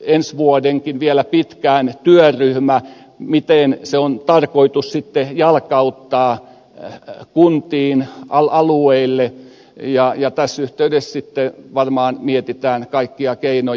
ensi vuodenkin vielä pitkään työryhmä miten se on tarkoitus sitten jalkauttaa kuntiin alueille ja tässä yhteydessä sitten varmaan mietitään kaikkia keinoja